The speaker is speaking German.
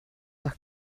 doch